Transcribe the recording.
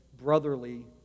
brotherly